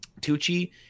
Tucci